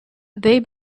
they